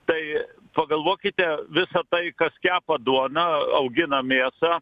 tai pagalvokite visa tai kas kepa duoną augina mėsą